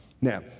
Now